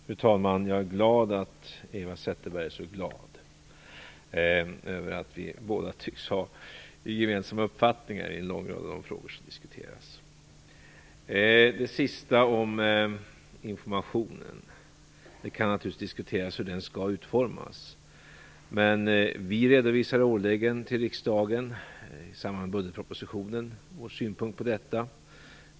Fru talman! Jag är glad att Eva Zetterberg är så glad över att vi båda tycks ha gemensamma uppfattningar i en lång rad av de frågor som diskuteras. Det kan naturligtvis diskuteras hur informationen skall utformas. Vi redovisar årligen till riksdagen i samband med budgetpropositionen vår synpunkt på detta.